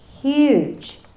huge